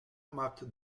maakt